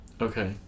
Okay